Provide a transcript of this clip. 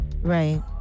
Right